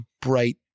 bright